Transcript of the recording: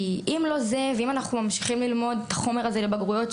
אנחנו ממשיכים ללמוד את החומר לבגרויות.